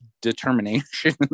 determination